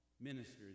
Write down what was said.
ministers